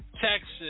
Texas